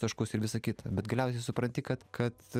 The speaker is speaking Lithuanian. taškus ir visa kita bet galiausiai supranti kad kad